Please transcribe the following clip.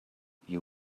you